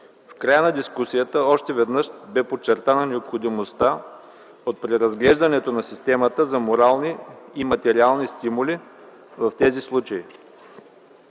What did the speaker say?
В края на дискусията още веднъж бе подчертана необходимостта от преразглеждането на системата за морални и материални стимули в тези случаи.